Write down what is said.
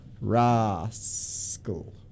Rascal